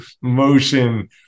motion